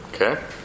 Okay